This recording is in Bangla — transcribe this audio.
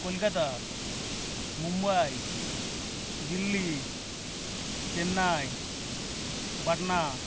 কলকাতা মুম্বাই দিল্লি চেন্নাই পাটনা